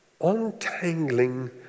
untangling